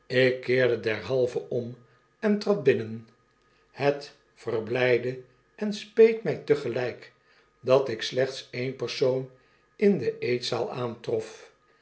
ik keerde derhalve om en trad binnen het verblydde en speet mg tegelyk dat ik slechts ee'n persoon in de eetzaal aantrof